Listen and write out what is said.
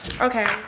Okay